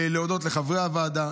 להודות לחברי הוועדה,